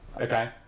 okay